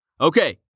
Okay